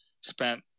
spent